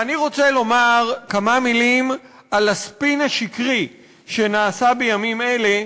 ואני רוצה לומר כמה מילים על הספין השקרי שנעשה בימים אלה,